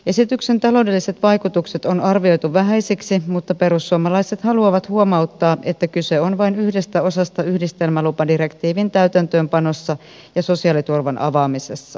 esityksen taloudelliset vaikutukset on arvioitu vähäisiksi mutta perussuomalaiset haluavat huomauttaa että kyse on vain yhdestä osasta yhdistelmälupadirektiivin täytäntöönpanossa ja sosiaaliturvan avaamisessa